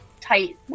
tight